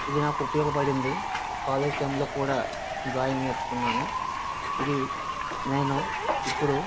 ఇది నాకు ఉపయోగపడింది కాలేజ్ టైంలో కూడా డ్రాయింగ్ నేర్చుకున్నాను ఇది నేను ఇప్పుడు